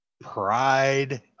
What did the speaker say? Pride